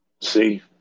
See